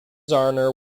honour